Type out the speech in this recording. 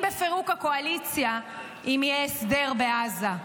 בפירוק הקואליציה אם יהיה הסדר בעזה.